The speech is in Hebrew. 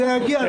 זה יגיע.